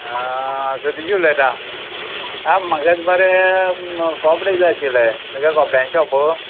सतिश उलयतां आं म्हाका मरे कोपडे जाय आशिल्ले तुगे कोपड्यांनी शॉपू